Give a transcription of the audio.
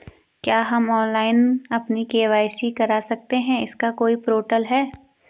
क्या हम ऑनलाइन अपनी के.वाई.सी करा सकते हैं इसका कोई पोर्टल है?